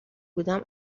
بودم